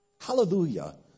Hallelujah